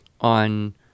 on